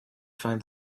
find